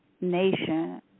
nation